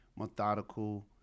Methodical